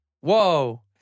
Whoa